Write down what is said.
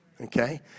okay